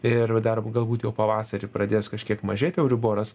ir dar galbūt jau pavasarį pradės kažkiek mažėt euriboras